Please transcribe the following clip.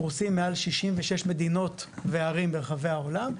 פורסים מעל 66 מדינות וערים ברחבי העולם,